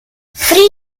fry